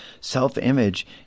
self-image